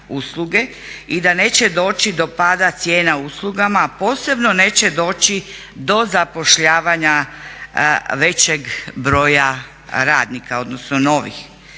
i da neće doći do pada cijena uslugama a posebno neće doći do zapošljavanja većeg broja radnika, odnosno novih,